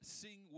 sing